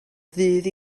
ddydd